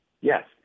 Yes